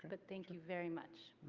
but thank you very much.